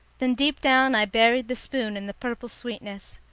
then deep down i buried the spoon in the purple sweetness.